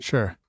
Sure